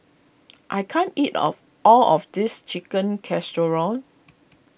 I can't eat of all of this Chicken Casserole